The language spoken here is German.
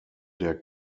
der